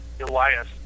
Elias